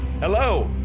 Hello